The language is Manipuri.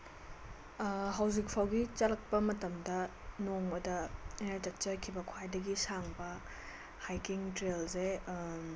ꯍꯧꯖꯤꯛ ꯐꯥꯎꯒꯤ ꯆꯠꯂꯛꯄ ꯃꯇꯝꯗ ꯅꯣꯡꯃꯗ ꯑꯩꯅ ꯆꯠꯆꯈꯤꯕ ꯈ꯭ꯋꯥꯏꯗꯒꯤ ꯁꯥꯡꯕ ꯍꯥꯏꯀꯤꯡ ꯇ꯭ꯔꯦꯜꯁꯦ